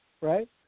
Right